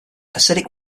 acidic